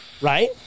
right